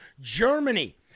Germany